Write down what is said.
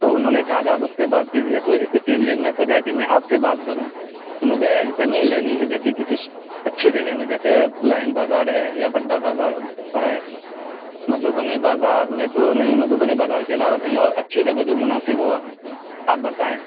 تو انہوں نے کہا کہ آپ اس سے بات کیجیے تو اسی لیے میں سوچا کہ میں آپ سے بات کروں تو مجھے زمین لینی ہے دیکھیے کسی اچھی جگہ میں جیسے لائن بازار ہے یا بھٹہ بازار ہے مدھوبنی بازار میں تو نہیں مدھوبنی بازار کے علاوہ کہیں اور اچھی جگہ جو مناسب ہو آپ بتائیں